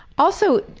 also,